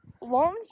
long